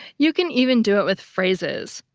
you can even do it with phrases.